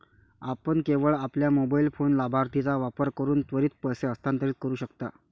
आपण केवळ आपल्या मोबाइल फोन लाभार्थीचा वापर करून त्वरित पैसे हस्तांतरित करू शकता